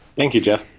thank you, jeff.